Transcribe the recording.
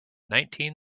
nineteen